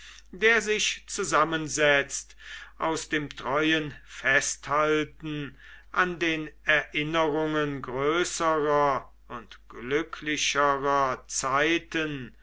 der sich zusammensetzt aus dem treuen festhalten an den erinnerungen größerer und glücklicherer zeiten